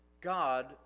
God